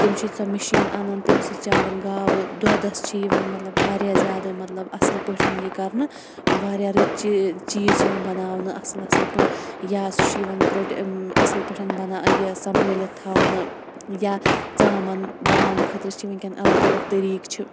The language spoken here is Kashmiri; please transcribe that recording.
تِم چھِ سۄ مِشیٖن انان تمہِ سۭتۍ چاوان گاوٕ دۄدَس چھِ یِوان مَطلَب واریاہ زیادٕ مَطلَب اصل پٲٹھۍ یہِ کَرنہٕ واریاہ رٕتۍ چی چیٖز چھِ یِوان بَناونہٕ اصل اصل پٲٹھۍ یا سُہ چھُ یِوان اصل پٲٹھۍ بَناو یہِ سَمبٲلِتھ تھاونہٕ یا ژامَن بَناونہٕ خٲطرٕ چھِ وٕنکٮ۪ن اَلَگ اَلَگ طریق چھِ